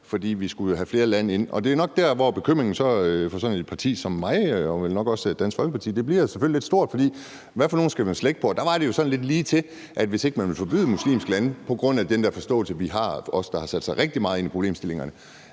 fordi vi jo skal have flere lande ind. Og det er jo selvfølgelig nok også der, hvor bekymringen hos sådan et parti som mit og vel nok også Dansk Folkeparti bliver lidt stor, for hvad for nogle af dem skal man slække på? Der var det jo nok lidt sådan, at hvis man ikke vil forbyde muslimske lande på grund af den der forståelse, som vi, der har sat os rigtig meget ind i problemstillingerne,